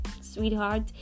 sweetheart